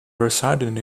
residing